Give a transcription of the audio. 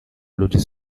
ludzie